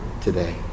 today